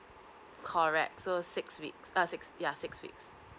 correct so six weeks ugh six ya six weeks